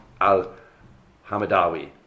al-Hamadawi